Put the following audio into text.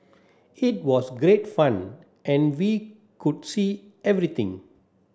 it was great fun and we could see everything